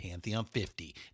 Pantheon50